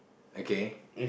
okay